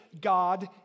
God